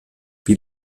wie